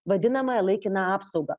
vadinamąją laikiną apsaugą